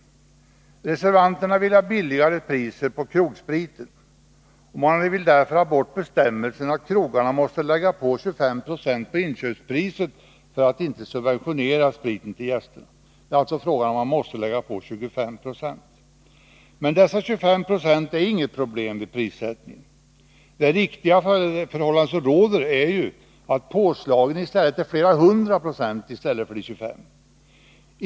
Reservanterna vill ha lägre priser på krogspriten, och de vill därför ta bort bestämmelsen att krogarna måste lägga på 25 Zo på inköpspriset för att inte subventionera spriten till gästerna. Det är alltså fråga om att lägga på 25 20. Men dessa 25 90 är inget problem vid prissättningen. Det riktiga förhållandet är ju att påslagen uppgår till flera hundra procent.